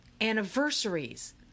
Anniversaries